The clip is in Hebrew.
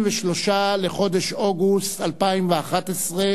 17 עפו אגבאריה (חד"ש):